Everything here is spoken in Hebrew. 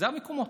אלה המקומות.